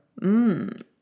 Mmm